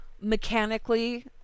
mechanically